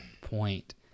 point